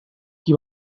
qui